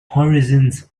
horizons